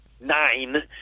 nine